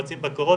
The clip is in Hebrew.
מבצעים בקרות,